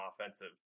offensive